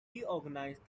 reorganised